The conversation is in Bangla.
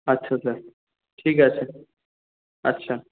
আচ্ছা স্যার ঠিক আছে আচ্ছা